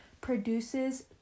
produces